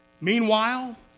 Meanwhile